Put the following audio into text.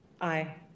Aye